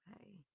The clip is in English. okay